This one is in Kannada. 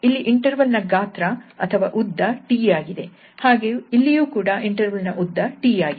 ಇಲ್ಲಿ ಇಂಟರ್ವಲ್ ನ ಗಾತ್ರ ಅಥವಾ ಉದ್ದ T ಆಗಿದೆ ಹಾಗೂ ಇಲ್ಲಿಯೂ ಕೂಡ ಇಂಟರ್ವಲ್ ನ ಉದ್ದ T ಆಗಿದೆ